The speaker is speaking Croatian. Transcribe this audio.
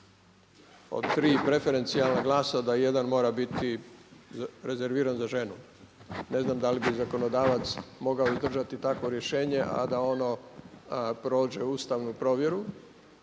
od tri preferencijalna glasa da jedan mora biti rezerviran za ženu. Ne znam da li bi zakonodavac mogao izdržati takvo rješenje a da ono prođe ustavnu provjeru.